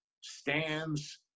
stands